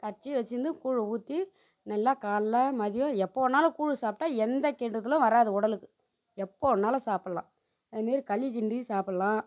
கரைச்சி வெச்சுருந்து கூழை ஊற்றி நல்லா காலைல மதியம் எப்போ வேணுனாலும் கூழ் சாப்பிட்டா எந்த கெடுதலும் வராது உடலுக்கு எப்போ வேணுனாலும் சாப்பிட்லாம் அதுமாரி களி கிண்டி சாப்பிட்லாம்